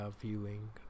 viewing